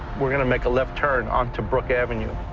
we're gonna make a left turn onto brook avenue.